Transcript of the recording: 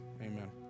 Amen